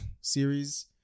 series